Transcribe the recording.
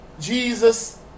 Jesus